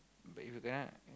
but if you kena